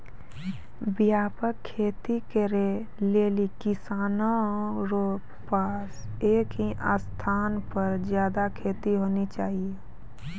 व्यापक खेती करै लेली किसानो रो पास एक ही स्थान पर ज्यादा खेत होना चाहियो